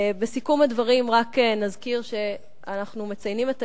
בסיכום הדברים רק נזכיר שאנחנו מציינים את